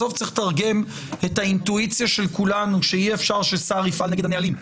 בסוף צריך לתרגם את האינטואיציה של כולנו שאי אפשר ששר יפעל נגד הנהלים.